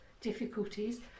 difficulties